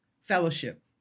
fellowship